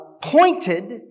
Pointed